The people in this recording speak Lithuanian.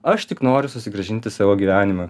aš tik noriu susigrąžinti savo gyvenimą